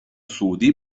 سعودی